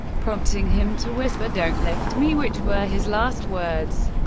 prompting him to whisper, don't lift me, which were his last words.